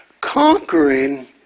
conquering